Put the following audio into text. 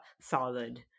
solid